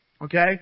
Okay